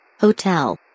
Hotel